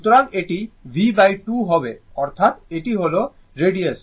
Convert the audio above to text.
সুতরাং এটি b 2 হবে অর্থাৎ এটি হল রেডিয়াস